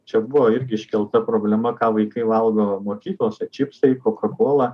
čia buvo irgi iškelta problema ką vaikai valgo mokyklose čipsai kokakola